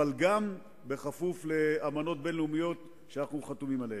גם בכפוף לאמנות בין-לאומיות שאנחנו חתומים עליהן.